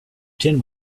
tin